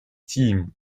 team